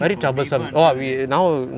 got neighbour until like that